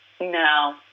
No